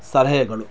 ಸಲಹೆಗಳು